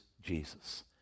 Jesus